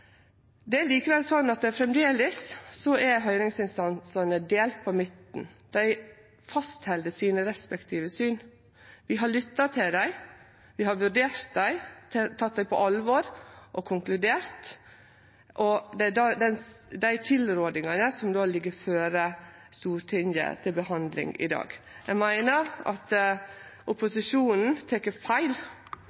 Det er likevel sånn at framleis er høyringsinstansane delte på midten. Dei held fast ved sine respektive syn. Vi har lytta til dei, vi har vurdert dei og teke dei på alvor og konkludert med dei tilrådingane som ligg føre for Stortinget til behandling i dag. Eg meiner at